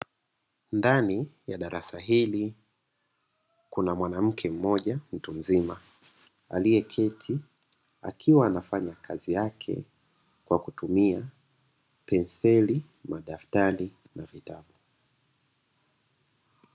Ndani ya darasa hili, kuna mwanamke mmoja mtu mzima aliyeketi akiwa anafanya kazi yake kwa kutumia penseli na daftari.